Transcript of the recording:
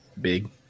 big